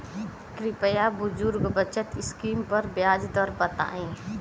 कृपया बुजुर्ग बचत स्किम पर ब्याज दर बताई